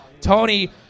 Tony